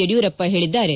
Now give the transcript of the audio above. ಯಡಿಯೂರಪ್ಪ ಹೇಳಿದ್ದಾರೆ